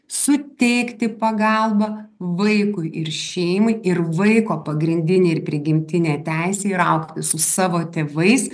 suteikti pagalbą vaikui ir šeimai ir vaiko pagrindinė ir prigimtinė teisė yra augti su savo tėvais